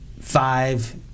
five